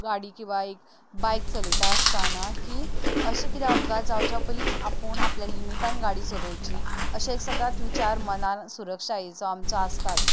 गाडी किंवां एक बायक चलयता की अशे किदें अपघात जावच्या पयलीच आपूण आपल्या लिमिटान गाडी चलोवची अशे एक सदांच विचार मनान सुरक्षायेचो आमचो आसता